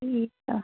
ਠੀਕ ਆ